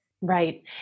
Right